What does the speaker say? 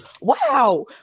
Wow